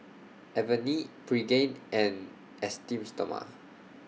Avene Pregain and Esteem Stoma